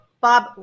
Bob